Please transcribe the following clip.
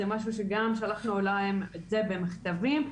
זה משהו שגם שלחנו להם לגבי זה מכתבים,